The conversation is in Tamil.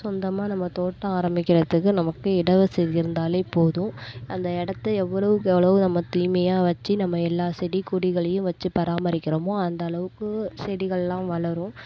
சொந்தமாக நம்ம தோட்டம் ஆரம்பிக்கிறத்துக்கு நமக்கு இடவசதி இருந்தாலே போதும் அந்த இடத்த எவ்வளவுக்கெவ்வளவு நம்ம தூய்மையாக வச்சு நம்ம எல்லா செடி கொடிகளையும் வச்சு பராமரிக்கிறோமோ அந்தளவுக்கு செடிகளெலாம் வளரும்